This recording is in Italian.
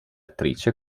attrice